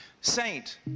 saint